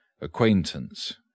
Acquaintance